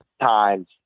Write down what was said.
times